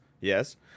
Yes